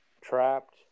trapped